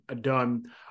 done